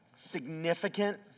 significant